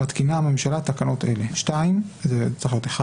מתקינה הממשלה תקנות אלה: תיקון תקנה 7 2. זה צריך להיות 1